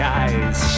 eyes